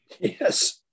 yes